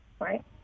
right